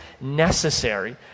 necessary